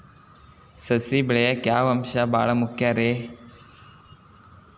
ಸಸಿ ಬೆಳೆಯಾಕ್ ಯಾವ ಅಂಶ ಭಾಳ ಮುಖ್ಯ ರೇ?